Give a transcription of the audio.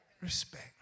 Respect